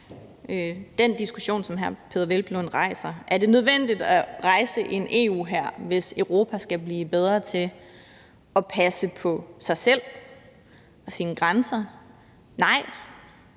den diskussion, som hr. Peder Hvelplund rejser. Er det nødvendigt at rejse en EU-hær, hvis Europa skal blive bedre til at passe på sig selv og sine grænser? Nej.